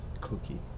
Cookie